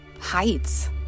heights